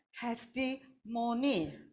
testimony